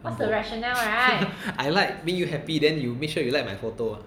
I like make you happy then you make sure you like my photo ah